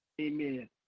Amen